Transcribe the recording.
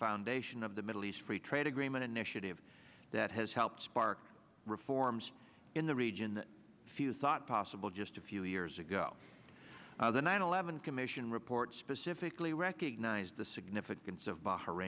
foundation of the middle east free trade agreement initiative that has helped spark reforms in the region few thought possible just a few years ago the nine eleven commission report specifically recognize the significance of b